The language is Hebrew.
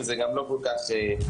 וזה גם לא כל כך משנה.